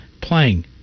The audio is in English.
playing